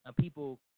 People